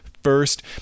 first